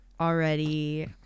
already